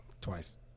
Twice